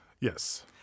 Yes